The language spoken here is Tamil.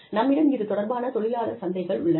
நம்மிடம் இது தொடர்பான தொழிலாளர் சந்தைகள் உள்ளன